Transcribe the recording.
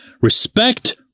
Respect